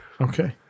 Okay